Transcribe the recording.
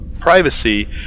privacy